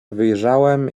wyjrzałem